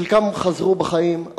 חלקם חזרו בחיים,